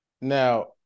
now